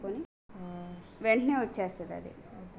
నేను నా internet bill మూడవ తేదీన ఆటోమేటిగ్గా కట్టాలంటే ఏం చేయాలి?